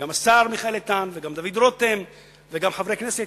גם השר מיכאל איתן וגם דוד רותם וגם חברי הכנסת